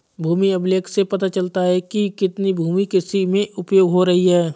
भूमि अभिलेख से पता चलता है कि कितनी भूमि कृषि में उपयोग हो रही है